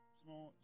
small